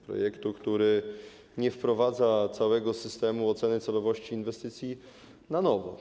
Projektu, który nie wprowadza całego systemu oceny celowości inwestycji na nowo.